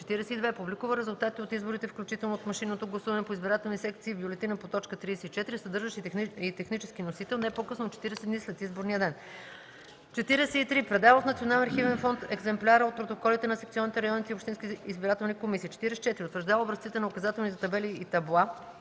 42. публикува резултатите от изборите, включително от машинното гласуване, по избирателни секции в бюлетина по т. 34, съдържащ и технически носител, не по-късно от 40 дни след изборния ден; 43. предава в Националния архивен фонд екземпляра от протоколите на секционните, районните и общинските избирателни комисии; 44. утвърждава образците на указателните табели и табла,